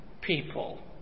people